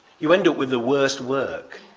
you end up with the worst work